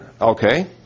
Okay